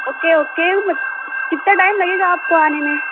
okay okay کتا time لگے گا آپ کو آنے میں